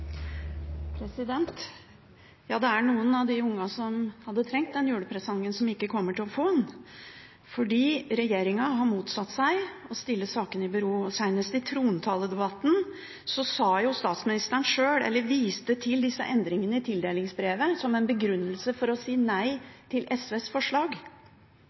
noen av de ungene som hadde trengt den julepresangen, som ikke kommer til å få den, fordi regjeringen har motsatt seg å stille sakene i bero. Senest i trontaledebatten viste jo statsministeren sjøl til disse endringene i tildelingsbrevet som en begrunnelse for å si nei til SVs forslag.